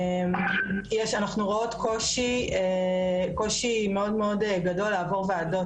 אנחנו רואות קושי מאוד מאוד גדול לעבור וועדות,